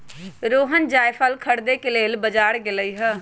रोहण जाएफल खरीदे के लेल बजार गेलई ह